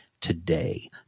today